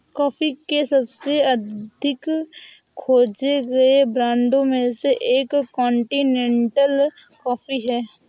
coffee के सबसे अधिक खोजे गए ब्रांडों में से एक कॉन्टिनेंटल कॉफ़ी है